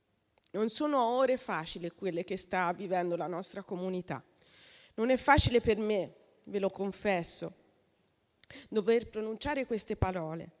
Non sono ore facili quelle che sta vivendo la nostra comunità e non è facile per me - ve lo confesso - dover pronunciare queste parole.